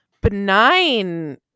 benign